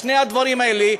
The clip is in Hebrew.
שני הדברים האלה,